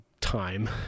time